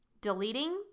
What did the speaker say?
Deleting